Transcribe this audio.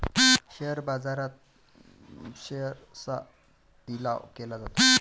share बाजारात शेअर्सचा लिलाव केला जातो